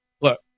Look